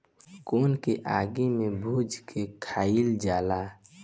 कोन के आगि में भुज के खाइल जाला